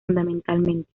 fundamentalmente